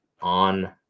on